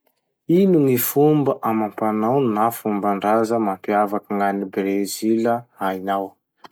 Ino gny fomba amam-panao na fomban-draza mampiavaky gn'any Brezila hainao?